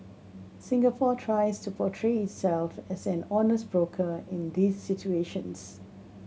Singapore tries to portray itself as an honest broker in these situations